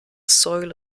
soil